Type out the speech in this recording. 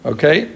Okay